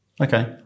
Okay